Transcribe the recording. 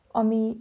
ami